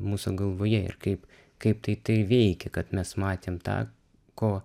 mūsų galvoje ir kaip kaip tai tai veikia kad mes matėm tą ko